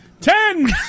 Ten